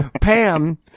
Pam